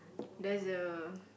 there's a